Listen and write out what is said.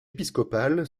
épiscopal